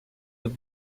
have